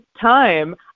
time